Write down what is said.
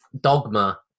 dogma